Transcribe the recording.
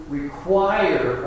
require